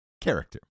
character